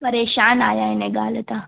परेशान आहियां इन ॻाल्हि ता